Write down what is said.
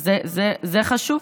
זה חשוב,